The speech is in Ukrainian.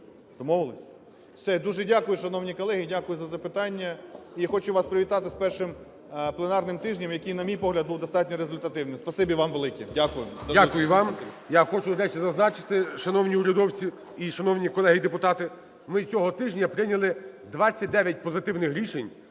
М.В. Все, дуже дякую, шановні колеги! Дякую за запитання. І хочу вас привітати з першим пленарним тижнем, який, на мій погляд, був достатньо результативним. Спасибі вам велике. Дякую. ГОЛОВУЮЧИЙ. Дякую вам. Я хочу, до речі, зазначити, шановні урядовці і шановні колеги депутати, ми цього тижня прийняли 29 позитивних рішень,